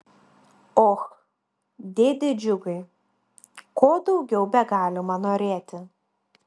och dėde džiugai ko daugiau begalima norėti